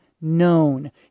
known